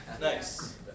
Nice